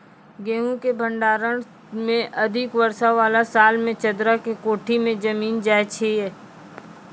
गेहूँ के भंडारण मे अधिक वर्षा वाला साल मे चदरा के कोठी मे जमीन जाय छैय?